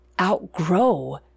outgrow